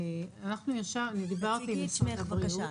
אני דיברתי עם משרד הבריאות.